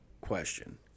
question